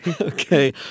Okay